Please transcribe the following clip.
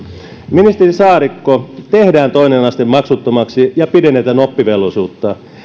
ministeri saarikko tehdään toinen aste maksuttomaksi ja pidennetään oppivelvollisuutta